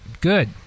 Good